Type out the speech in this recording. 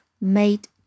made